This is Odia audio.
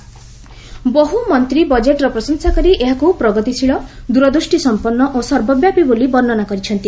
ବଜେଟ୍ ରିଆକ୍ଟନ ବହୁ ମନ୍ତ୍ରୀ ବଜେଟ୍ର ପ୍ରଶଂସା କରି ଏହାକୁ ପ୍ରଗତିଶୀଳ ଦୂରଦୃଷ୍ଟି ସମ୍ପନ୍ନ ଓ ସର୍ବବ୍ୟାପୀ ବୋଲି ବର୍ଷ୍ଣନା କରିଛନ୍ତି